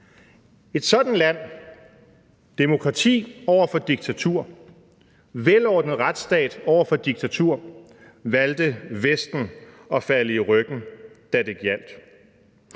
Et sådant land – demokrati over for diktatur, velordnet retsstat over for diktatur – valgte Vesten at falde i ryggen, da det gjaldt.